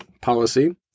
policy